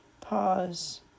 pause